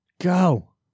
Go